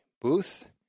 booth